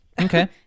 okay